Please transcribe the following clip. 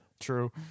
True